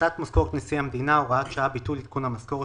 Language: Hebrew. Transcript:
"החלטת משכורת נשיא המדינה (הוראת שעה ביטול עדכון המשכורת),